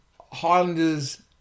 Highlanders